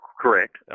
Correct